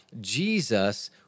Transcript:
Jesus